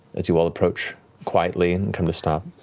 as you all approach quietly and come to stop.